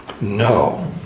No